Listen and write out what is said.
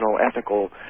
ethical